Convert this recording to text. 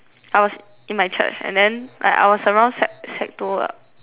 I was in my church and then I I was around sec sec two lah